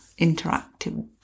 interactive